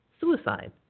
suicide